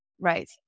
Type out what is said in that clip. Right